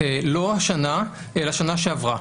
לא השנה, אלא שנה שעברה.